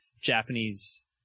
Japanese